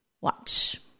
Watch